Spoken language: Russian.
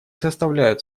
составляют